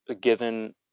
given